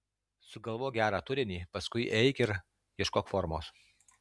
sugalvok gerą turinį paskui eik ir ieškok formos